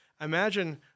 Imagine